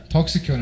Toxic